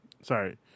sorry